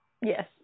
Yes